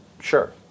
sure